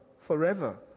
forever